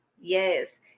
yes